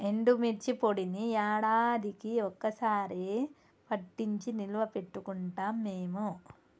ఎండుమిర్చి పొడిని యాడాదికీ ఒక్క సారె పట్టించి నిల్వ పెట్టుకుంటాం మేము